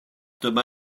dyma